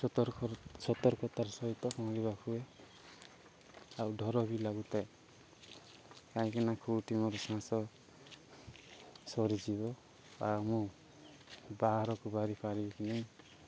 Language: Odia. ସତର୍କ ସତର୍କତାର ସହିତ ହୁଏ ଆଉ ଡ଼ର ବି ଲାଗୁଥାଏ କାହିଁକି ନା କେଉଁଟି ମୋର ସାହସ ସରିଯିବ ଆଉ ମୁଁ ବାହାରକୁ ବାହାରି ପାରିବି କିି ନାଇଁ